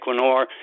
Equinor